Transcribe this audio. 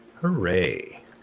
Hooray